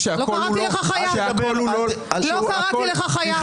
אני לא קראתי לך חיה.